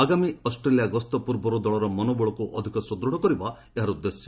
ଆଗାମୀ ଅଷ୍ଟ୍ରେଲିୟା ଗସ୍ତ ପୂର୍ବରୁ ଦଳର ମନୋବଳକୁ ଅଧିକ ସୁଦୃଢ଼ କରିବା ଏହାର ଉଦ୍ଦେଶ୍ୟ